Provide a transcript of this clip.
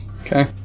Okay